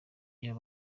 iyo